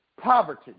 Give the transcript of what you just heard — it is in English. Poverty